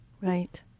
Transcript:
Right